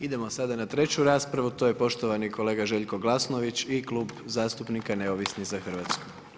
Idemo sada na treću raspravu, to je poštovani kolega Željko Glasnovića i Klub zastupnika Neovisni za Hrvatsku.